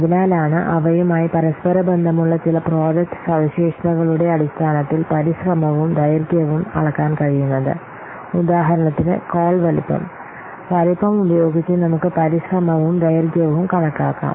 അതിനാലാണ് അവയുമായി പരസ്പര ബന്ധമുള്ള ചില പ്രോജക്റ്റ് സവിശേഷതകളുടെ അടിസ്ഥാനത്തിൽ പരിശ്രമവും ദൈർഘ്യവും അളക്കാൻ കഴിയുന്നത് ഉദാഹരണത്തിന് കോൾ വലുപ്പം വലുപ്പം ഉപയോഗിച്ച് നമുക്ക് പരിശ്രമവും ദൈർഘ്യവും കണക്കാക്കാം